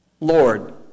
Lord